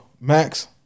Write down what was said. Max